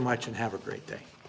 much and have a great day